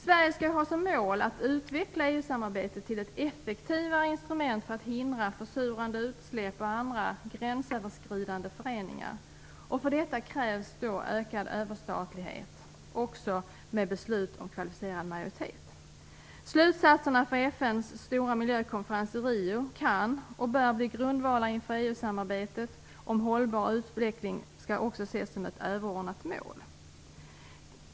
Sverige skall ha som mål att utveckla EU samarbetet till ett effektivare instrument för att hindra försurande utsläpp och andra gränsöverskridande föroreningar. För detta krävs ökad överstatlighet med beslut med kvalificerad majoritet. Slutsatserna från FN:s stora miljökonferens i Rio kan och bör bli grundvalar för EU-samarbetet, och hållbar utveckling skall ses som ett överordnat mål.